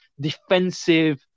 defensive